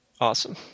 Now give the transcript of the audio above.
awesome